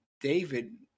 David